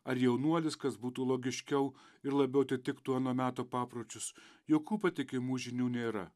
ar jaunuolis kas būtų logiškiau ir labiau atitiktų ano meto papročius jokių patikimų žinių nėra